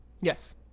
Yes